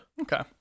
okay